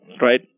right